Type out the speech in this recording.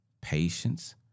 patience